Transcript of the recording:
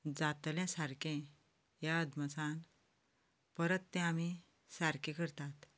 जातलें सारकें ह्या अदमासान परत तें आमी सारकें करतात